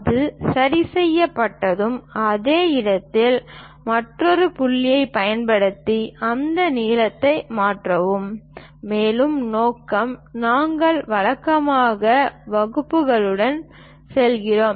அது சரி செய்யப்பட்டதும் அதே இடத்தில் மற்றொரு புள்ளியைப் பயன்படுத்தி அந்த நீளத்தை மாற்றவும் மேலும் நோக்கம் நாங்கள் வழக்கமாக வகுப்பிகளுடன் செல்கிறோம்